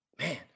Man